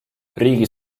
riigi